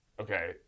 Okay